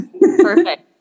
perfect